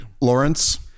Lawrence